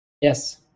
Yes